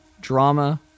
Drama